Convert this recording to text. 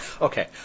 Okay